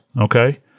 okay